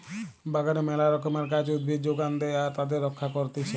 বাগানে মেলা রকমের গাছ, উদ্ভিদ যোগান দেয়া আর তাদের রক্ষা করতিছে